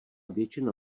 většina